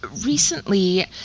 recently